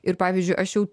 ir pavyzdžiui aš jau